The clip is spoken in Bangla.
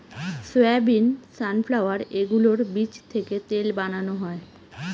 সয়াবিন, সানফ্লাওয়ার এগুলোর বীজ থেকে তেল বানানো হয়